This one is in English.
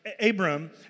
Abram